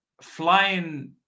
flying –